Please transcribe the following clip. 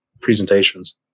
Presentations